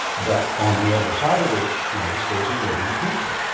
but on the other side of it is those are living people,